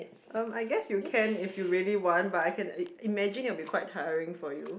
um I guess you can if you really want but I can imagine it'll be quite tiring for you